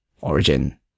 origin